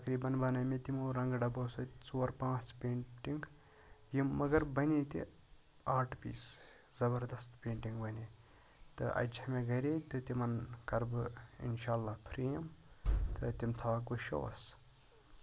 تقریبن بَنایہِ مےٚ تِمو رَنٛگہٕ ڈَبو سۭتۍ ژور پانٛژھ پینٛٹِنٛگ یِم مَگَر بَنے تہِ آٹ پیٖس زَبَردست پینٛٹِنٛگ بَنے تہٕ اَجہِ چھےٚ مےٚ گَرے تہٕ تِمَن کَرٕ بہٕ اِنشا اللہ پھریم تہٕ تِم تھاوَکھ بہٕ شووَس